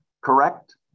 Correct